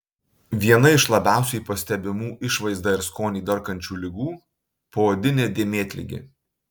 viena iš labiausiai pastebimų išvaizdą ir skonį darkančių ligų poodinė dėmėtligė